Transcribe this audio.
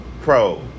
Pro